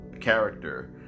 character